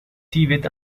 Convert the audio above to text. tibet